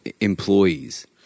employees